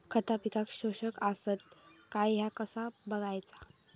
खता पिकाक पोषक आसत काय ह्या कसा बगायचा?